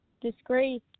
disgrace